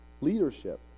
leadership